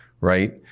right